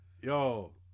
yo